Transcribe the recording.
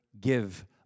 give